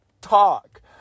talk